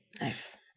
Nice